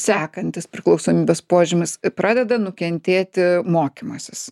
sekantis priklausomybės požymis pradeda nukentėti mokymasis